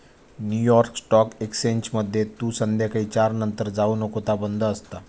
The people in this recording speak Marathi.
न्यू यॉर्क स्टॉक एक्सचेंजमध्ये तू संध्याकाळी चार नंतर जाऊ नको ता बंद असता